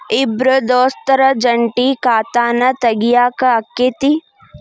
ಇಬ್ರ ದೋಸ್ತರ ಜಂಟಿ ಖಾತಾನ ತಗಿಯಾಕ್ ಆಕ್ಕೆತಿ?